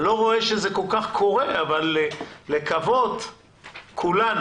אני לא רואה כל כך שזה קורה אבל לקוות כולנו,